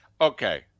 Okay